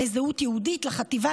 לזהות יהודית, לחטיבה